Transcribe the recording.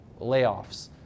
layoffs